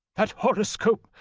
that horoscope,